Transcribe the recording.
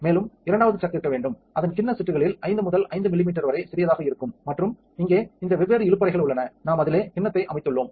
மேலும் இரண்டாவது சக் இருக்க வேண்டும் அதன் கிண்ண செட்டுகளில் 5 முதல் 5 மில்லிமீட்டர்கள் வரை சிறியதாக இருக்கும் மற்றும் இங்கே இந்த வெவ்வேறு இழுப்பறைகள் உள்ளன நாம் அதிலே கிண்ணத்தை அமைத்துள்ளோம்